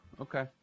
Okay